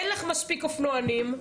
אין לך מספיק אופנוענים,